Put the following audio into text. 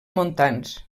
montans